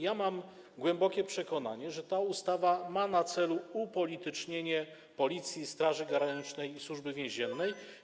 Jestem głęboko przekonany, że ta ustawa ma na celu upolitycznienie Policji, Straży Granicznej i Służby Więziennej.